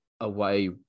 away